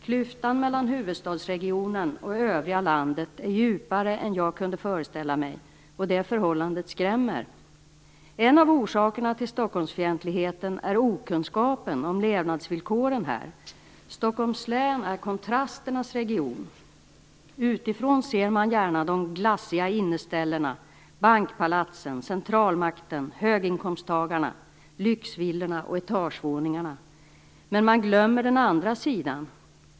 Klyftan mellan huvudstadsregionen och övriga landet är djupare än jag kunde föreställa mig, och det förhållandet skrämmer mig. En av orsakerna till Stockholmsfientligheten är okunskap om levnadsvillkoren här. Stockholms län är kontrasternas region. Utifrån ser man gärna de glassiga inneställena, bankpalatsen, centralmakten, höginkomsttagarna, lyxvillorna, etagevåningarna etc., men man glömmer den andra sidan.